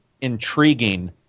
intriguing